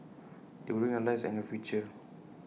they will ruin your lives and your future